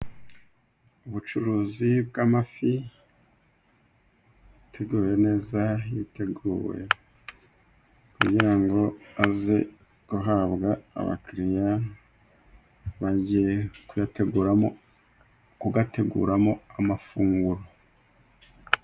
Ubucuruzi bw'amafi ateguye neza yiteguwe kugira ngo aze guhabwa abakiriya bagiye kuyateguramo amafunguro.